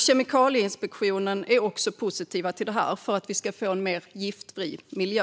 Kemikalieinspektionen är också positiv till detta för att vi ska få en mer giftfri miljö.